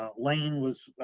ah lane was,